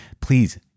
Please